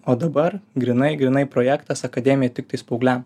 o dabar grynai grynai projektas akademija tiktais paaugliam